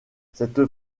cette